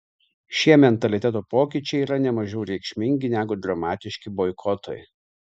šie mentaliteto pokyčiai yra ne mažiau reikšmingi negu dramatiški boikotai